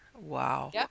Wow